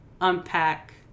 unpack